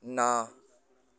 ਨਾ